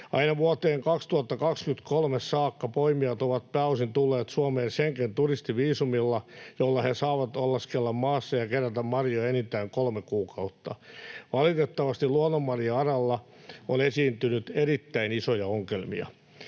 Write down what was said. Aina vuoteen 2023 saakka poimijat ovat pääosin tulleet Suomeen Schengen-turistiviisumilla, jolla he saavat oleskella maassa ja kerätä marjoja enintään kolme kuukautta. Valitettavasti luonnonmarja-alalla on esiintynyt erittäin isoja ongelmia.